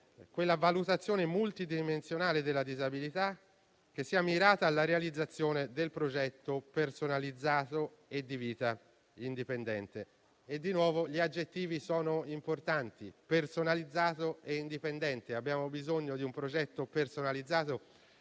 quella valutazione multidimensionale della disabilità mirata alla realizzazione del progetto personalizzato e di vita indipendente. Di nuovo, gli aggettivi sono importanti: personalizzato e indipendente. Abbiamo bisogno di un progetto personalizzato,